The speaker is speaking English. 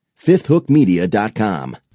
FifthHookMedia.com